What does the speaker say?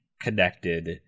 connected